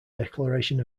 declaration